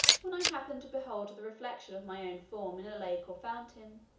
when i happened to behold the reflection of my own form in a lake or fountain,